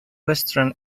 western